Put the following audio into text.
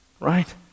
right